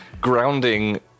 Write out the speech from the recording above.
grounding